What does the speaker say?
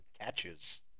catches